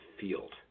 field